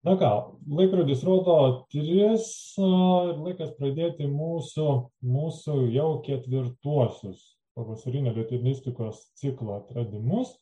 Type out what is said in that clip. na ką laikrodis rodo tris ir laikas pradėti mūsų mūsų jau ketvirtuosius pavasarinio lituanistikos ciklo atradimus